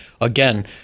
again